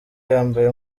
yambaye